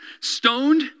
stoned